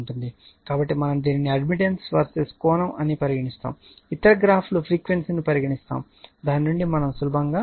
కాబట్టి మనం దీనిని అడ్మిటెన్స్ Vs కోణం అని పరిగణిస్తాము ఇతర గ్రాఫ్లు ఫ్రీక్వెన్సీ ను పరిగణిస్తాము దాని నుండి మనం సులభంగా సమర్థించగలము